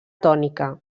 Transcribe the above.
tònica